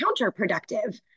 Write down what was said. counterproductive